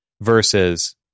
versus